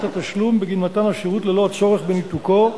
התשלום בגין מתן השירות ללא הצורך בניתוקו,